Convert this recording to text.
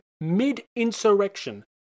mid-insurrection